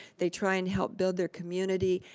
they try and help build their community,